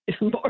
more